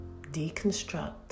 deconstruct